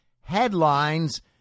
headlines